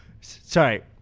Sorry